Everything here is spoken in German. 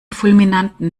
fulminanten